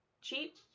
cheap